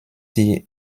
die